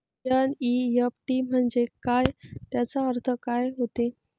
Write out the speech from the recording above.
NEFT म्हंजे काय, त्याचा अर्थ काय होते?